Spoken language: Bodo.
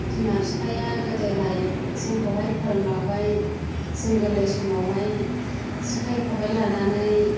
बिमा बिफाया गोदोहाय जोंखौहाय फोरोंलांबाय जों गोरलै समावहाय जेखाइ खबाइ लानानै